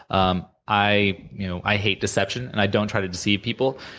um i you know i hate deception and i don't try to deceive people,